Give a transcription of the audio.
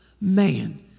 Man